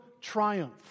triumph